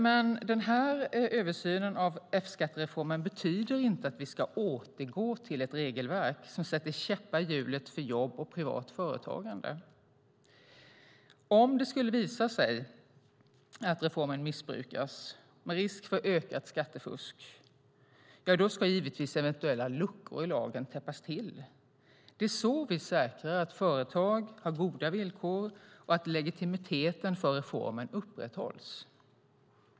Men översynen av F-skattereformen betyder inte att vi ska återgå till ett regelverk som sätter käppar i hjulet för jobb och privat företagande. Om det skulle visa sig att reformen missbrukas, med risk för ökat skattefusk, ska givetvis eventuella luckor i lagen täppas till. Det är så vi säkrar att företag har goda villkor och att legitimiteten för reformen upprätthålls.